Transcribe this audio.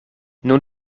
nun